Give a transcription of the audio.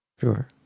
sure